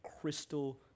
crystal